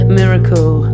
miracle